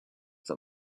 that